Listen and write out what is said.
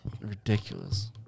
ridiculous